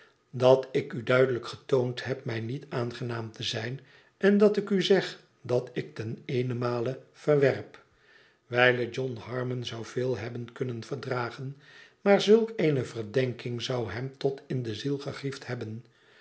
dat ik u duidelijk getoond heb mij niet aangenaam te zijn en dat ik u zeg dat ik ten eenenmale verwerp wijlen john harmon zou veel hebben kunnen verdragen maar zulk eene verdenking zou hem tot in de ziel gegriefd hebben